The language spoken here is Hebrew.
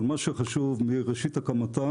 אבל מה שחשוב מראשית הקמתה